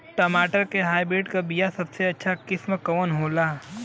टमाटर के हाइब्रिड क बीया सबसे अच्छा किस्म कवन होला?